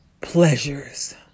Pleasures